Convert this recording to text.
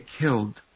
killed